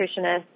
nutritionist